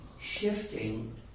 shifting